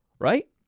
right